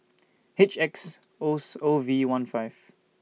H X O O V one five